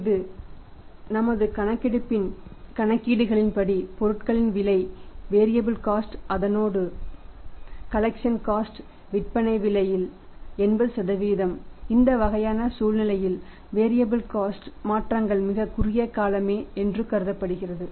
இது நாம் செய்த கணக்கெடுப்பின் கணக்கீடுகளின்படி பொருட்களின் விலை வேரியாபில் காஸ்ட் மாற்றங்கள் மிகக் குறுகிய காலமே என்று கருதப்படுகிறது